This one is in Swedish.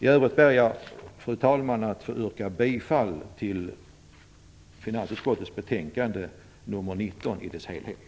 I övrigt ber jag att få yrka bifall till hemställan i finansutskottets betänkande nr 19 i dess helhet.